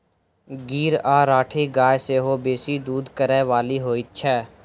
गीर आ राठी गाय सेहो बेसी दूध करय बाली होइत छै